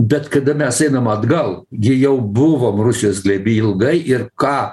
bet kada mes einam atgal gi jau buvom rusijos glėby ilgai ir ką